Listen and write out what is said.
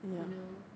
you know